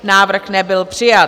Návrh nebyl přijat.